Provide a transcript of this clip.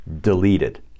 deleted